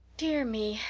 dear me,